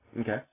Okay